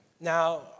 Now